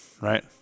right